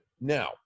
now